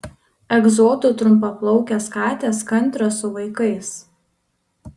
egzotų trumpaplaukės katės kantrios su vaikais